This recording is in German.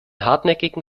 hartnäckigen